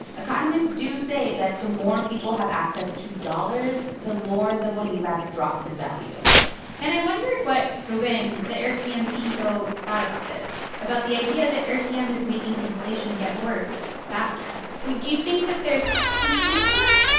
economists do say that the more people have access to dollars, the more the bolivar ah drops in value and i wondered what ruben, the airtm um ceo, thought about this, about the idea that airtm um is making inflation get worse faster. i mean, do you think that there's some truth to that?